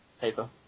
Paper